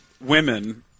women